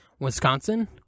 Wisconsin